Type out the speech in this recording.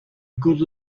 good